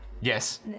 Yes